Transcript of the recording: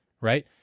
Right